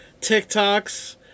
TikToks